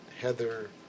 Heather